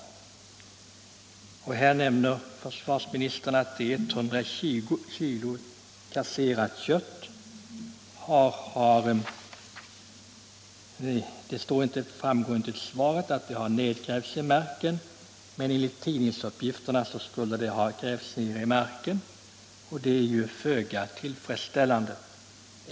Här nämner försvarsministerrr att ca 120 kg kött har kasserats. Det sägs inte i svaret hur det har skett, men enligt tidningsuppgifter skulle köttet ha grävts ner i marken, och det är ju föga tillfredsställande.